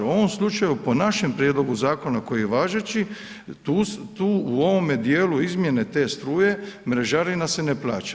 U ovom slučaju po našem prijedlogu zakona koji je važeći tu u ovome dijelu izmjene te struje mrežarina se ne plaća.